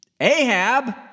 Ahab